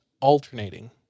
alternating